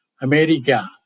America